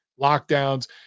lockdowns